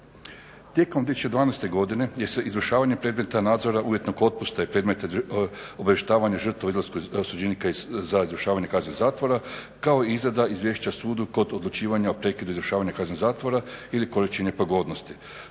Tijekom 2012.godine gdje se izvršavanje predmeta nadzora uvjetnog otpusta i predmeta obavještavanja o izlasku osuđenika za izvršavanje kazne zatvora kao i izrada izvješća sudu kod odlučivanja o prekidu izvršavanja kazne zatvora ili količine pogodnosti.